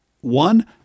one